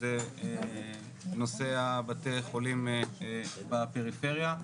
נושא בתי החולים בפריפריה.